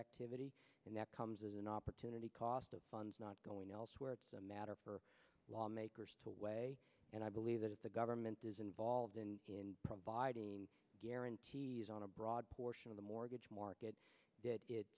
activity and that comes as an opportunity cost of funds not going elsewhere it's a matter for lawmakers to weigh and i believe that if the government is involved in in providing guarantees on a broad portion of the mortgage market